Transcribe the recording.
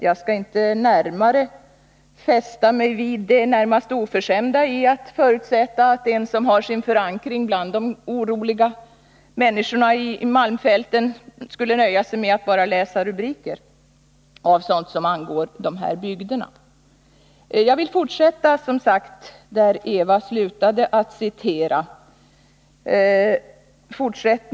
Jag skall inte fästa mig så mycket vid det närmast oförskämda i att förutsätta att en som har sin förankring bland de oroliga människorna i malmfälten skulle nöja sig med att bara läsa rubriker när det gäller sådant som angår de här bygderna. Jag vill fortsätta där Eva Winther slutade att citera.